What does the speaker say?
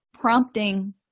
prompting